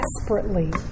desperately